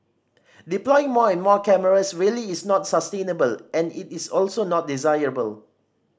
deploying more and more cameras really is not sustainable and it is also not desirable